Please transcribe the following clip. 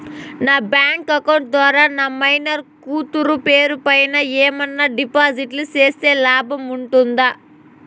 నా bank account ద్వారా నా మైనర్ కూతురు పేరు పైన ఏమన్నా డిపాజిట్లు సేస్తే లాభం ఉంటుందా?